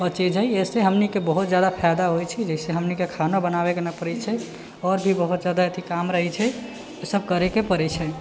अच्छा चीज हइ एहिसे हमनीके बहुत जादा फायदा होइत छै जैसे हमनीके खाना बनाबैके नहि पड़ैत छै आओर भी बहुत जादा अथी काम रहैत छै ओ सब करैके पड़ैत छै